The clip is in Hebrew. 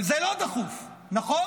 אבל זה לא דחוף, נכון?